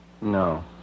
No